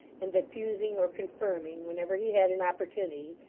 and diffusing or confirming, whenever he had an opportunity,